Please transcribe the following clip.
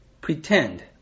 pretend